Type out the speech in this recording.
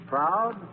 Proud